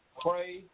pray